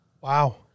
Wow